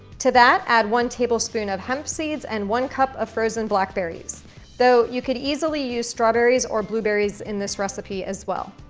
to that, add one tablespoon of hemp seeds and one cup of frozen blackberry though you could easily use strawberries or blueberries in this recipe as well.